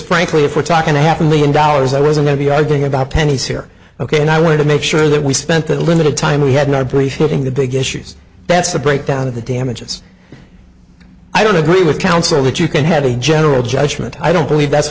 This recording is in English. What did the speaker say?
frankly if we're talking a half a million dollars i was going to be arguing about pennies here ok and i wanted to make sure that we spent the limited time we had not appreciating the big issues that's the breakdown of the damages i don't agree with counsel that you can have a general judgment i don't believe that's